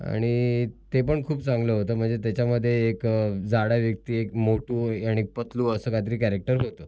आणि ते पण खूप चांगलं होतं म्हणजे त्याच्यामध्ये एक जाडा व्यक्ती एक मोटू आणि एक पतलू असं काहीतरी कॅरेक्टर होतं